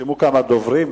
נרשמו כמה דוברים.